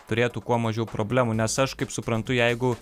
turėtų kuo mažiau problemų nes aš kaip suprantu jeigu